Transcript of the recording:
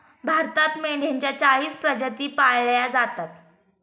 भारतात मेंढ्यांच्या चाळीस प्रजाती पाळल्या जातात